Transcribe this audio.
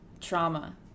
trauma